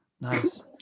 nice